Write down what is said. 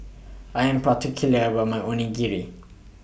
I Am particular about My Onigiri